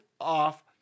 off